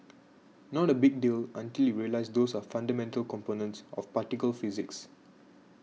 not a big deal until you realise those are fundamental components of particle physics